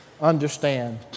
understand